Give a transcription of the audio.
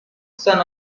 son